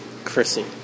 Chrissy